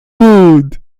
good